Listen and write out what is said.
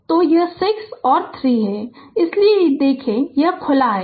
तो तो यह 6 और 3 है इसलिए यदि देखें तो यह खुला है